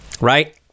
Right